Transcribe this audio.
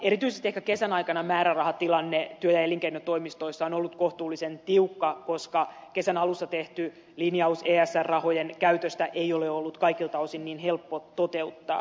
erityisesti ehkä kesän aikana määrärahatilanne työ ja elinkeinotoimistoissa on ollut kohtuullisen tiukka koska kesän alussa tehty linjaus esr rahojen käytöstä ei ole ollut kaikilta osin niin helppo toteuttaa